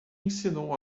ensinou